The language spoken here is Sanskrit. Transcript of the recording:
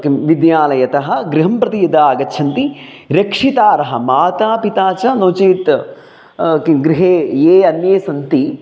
किं विद्यालयतः गृहं प्रति यदा आगच्छन्ति रक्षितारः माता पिता च नो चेत् किं गृहे ये अन्ये सन्ति